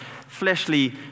fleshly